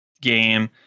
game